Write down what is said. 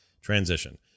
transition